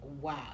wow